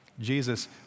Jesus